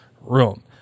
room